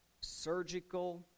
surgical